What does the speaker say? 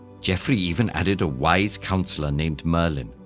geoffrey even added a wise counselor named merlin,